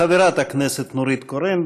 חברת הכנסת נורית קורן,